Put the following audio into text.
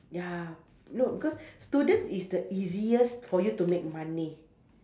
ya no because student is the easiest for you to make money